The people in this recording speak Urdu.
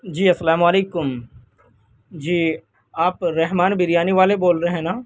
جی السلام علیکم جی آپ رحمان بریانی والے بول رہے ہیں نا